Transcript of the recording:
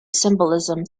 symbolism